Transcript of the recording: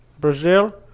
Brazil